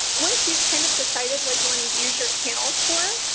once you've kind of decided what you want to use your channels for,